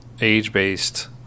age-based